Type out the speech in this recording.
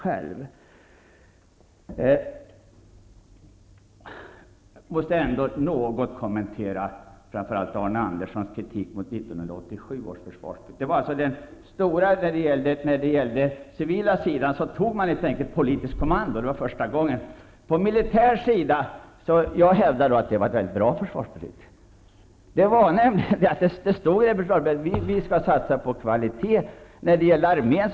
Jag måste något kommentera framför allt Arne Anderssons kritik mot 1987 års försvarsbeslut. När det gällde den civila sidan blev det helt enkelt fråga om ett politiskt kommando för första gången. Jag hävdar att nämnda försvarsbeslut var bra. Det innebar att vi skulle satsa på kvalitet vad gäller armén.